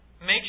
Make